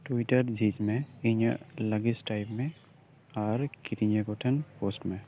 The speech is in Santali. ᱴᱩᱭᱴᱟᱨ ᱡᱷᱤᱡᱽ ᱢᱮ ᱤᱧᱟᱹᱜ ᱞᱟᱹᱞᱤᱥ ᱴᱟᱭᱤᱯ ᱢᱮ ᱟᱨ ᱠᱤᱨᱤᱧᱤᱭᱟᱹ ᱠᱚᱴᱷᱮᱱ ᱯᱳᱥᱴ ᱢᱮ